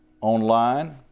online